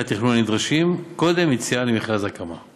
התכנון הנדרשים קודם יציאה למכרז הקמה.